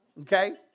okay